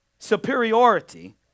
Superiority